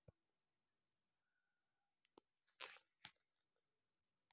తెలంగాణా నుంచి యీ యేడు మొక్కజొన్న పంట యేరే రాష్ట్రాలకు ఎక్కువగా ఎగుమతయ్యిందంట